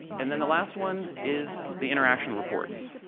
and then the last one is the interaction reports.